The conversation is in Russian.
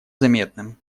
заметным